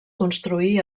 construí